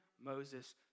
Moses